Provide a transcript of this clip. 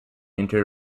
inter